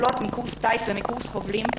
נופלות מקורס טיס ומקורס חובלים,